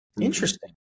Interesting